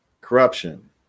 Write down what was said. corruption